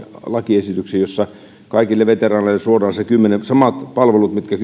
lakiesityksen jossa kaikille veteraaneille suodaan samat palvelut mitkä